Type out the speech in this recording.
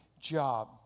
job